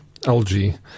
LG